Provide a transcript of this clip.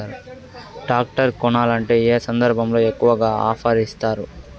Tractor కొనాలంటే ఏ సందర్భంలో ఎక్కువగా ఆఫర్ ఇస్తారు?